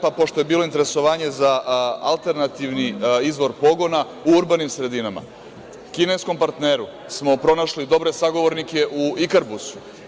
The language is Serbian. Pošto je bilo interesovanje za alternativni izvor pogona u urbanim sredinama, u kineskom partneru smo pronašli dobre sagovornike u „Ikarbusu“